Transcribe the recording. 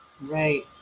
Right